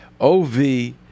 OV